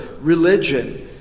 religion